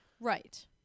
Right